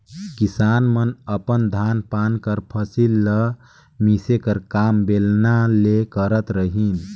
किसान मन अपन धान पान कर फसिल मन ल मिसे कर काम बेलना ले करत रहिन